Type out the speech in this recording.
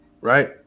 right